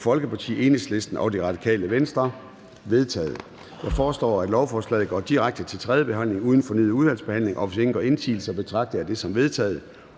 med undtagelse af ALT og NB)? De er vedtaget. Jeg foreslår, at lovforslagene går direkte til tredje behandling uden fornyet udvalgsbehandling. Hvis ingen gør indsigelse, betragter jeg det som vedtaget.